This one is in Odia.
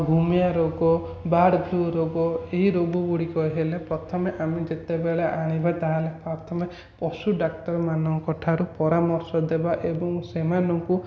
ଭୂମିଆ ରୋଗ ବାର୍ଡ଼ଫ୍ଲୁ ରୋଗ ଏହି ରୋଗ ଗୁଡ଼ିକ ହେଲେ ପ୍ରଥମେ ଆମେ ଯେତେବେଳେ ଆଣିବା ତାହେଲେ ପ୍ରଥମେ ପଶୁ ଡାକ୍ତରମାନଙ୍କଠାରୁ ପରାମର୍ଶ ଦେବା ଏବଂ ସେମାନଙ୍କୁ